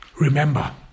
remember